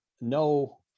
no